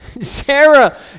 Sarah